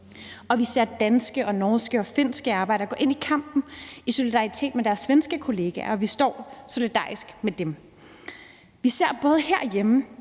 Og vi ser danske, norske og finske arbejdere gå ind i kampen i solidaritet med deres svenske kollegaer, og vi står solidarisk med dem. Vi ser både herhjemme